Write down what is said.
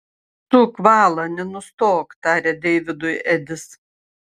suk valą nenustok tarė deividui edis